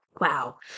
wow